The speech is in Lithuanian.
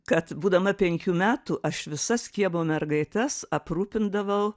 kad būdama penkių metų aš visas kiemo mergaites aprūpindavau